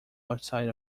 outside